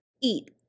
eat